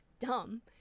dumb